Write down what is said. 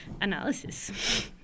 analysis